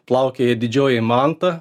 plaukioja didžioji manta